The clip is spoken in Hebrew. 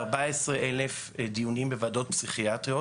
ב-14 אלף דיונים בוועדות פסיכיאטריות.